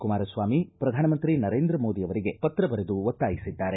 ಕುಮಾರಸ್ವಾಮಿ ಪ್ರಧಾನಮಂತ್ರಿ ನರೇಂದ್ರ ಮೋದಿ ಅವರಿಗೆ ಪತ್ರ ಬರೆದು ಒತ್ತಾಸಿದ್ದಾರೆ